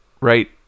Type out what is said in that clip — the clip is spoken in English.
right